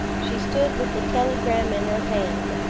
she stood with the telegram in her hand,